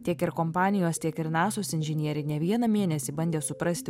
tiek ir kompanijos tiek ir nasos inžinieriai ne vieną mėnesį bandė suprasti